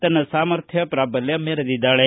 ತನ್ನ ಸಾಮರ್ಥ್ಯ ಪ್ರಾಬಲ್ಯ ಮೆರೆದಿದ್ದಾಳೆ